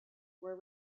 were